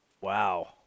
Wow